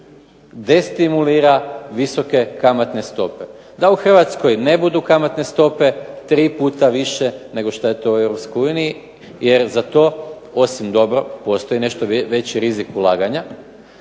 destimulira visoke kamatne stope, da u Hrvatskoj ne budu kamatne stope tri puta više nego šta je to u Europskoj uniji, jer za to, osim dobro postoji nešto veći rizik ulaganja,